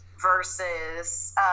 versus